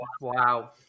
wow